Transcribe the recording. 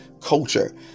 culture